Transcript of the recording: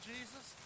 Jesus